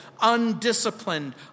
undisciplined